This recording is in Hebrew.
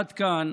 עד כאן